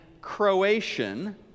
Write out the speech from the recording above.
Croatian